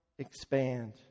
expand